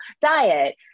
diet